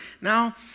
Now